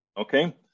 okay